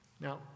Now